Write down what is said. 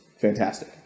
fantastic